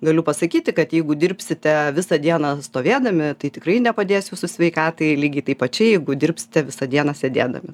galiu pasakyti kad jeigu dirbsite visą dieną stovėdami tai tikrai nepadės jūsų sveikatai lygiai taip pačiai jeigu dirbsite visą dieną sėdėdami